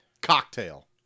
cocktail